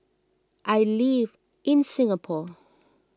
I live in Singapore